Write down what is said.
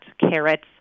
carrots